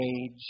age